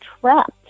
trapped